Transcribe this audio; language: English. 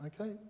Okay